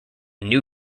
new